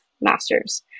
masters